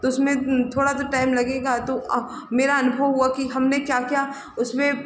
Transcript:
तो उसमें थोड़ा तो टाइम लगेगा तो मेरा अनुभव हुआ कि हमने क्या क्या उसमें